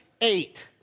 eight